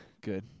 Good